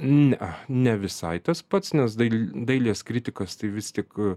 ne ne visai tas pats nes dai dailės kritikas tai vis tik